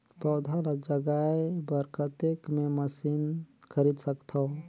पौधा ल जगाय बर कतेक मे मशीन खरीद सकथव?